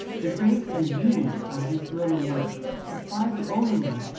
the grace and beauty of this little work supply the only,